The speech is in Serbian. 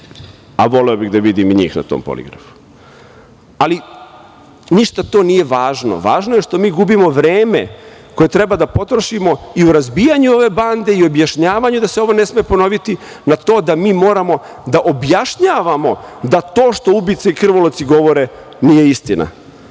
Voleo bih da vidim i njih na tom poligrafu. Ali, ništa to nije važno, važno je što mi gubimo vreme koje treba da potrošimo i u razbijanju ove bande i objašnjavanju da se ovo ne sme ponoviti, na to da mi moramo da objašnjavamo da to što ubice i krvoloci govore nije istina.